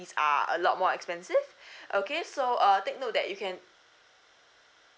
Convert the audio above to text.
are a lot more expensive okay so uh take note that you can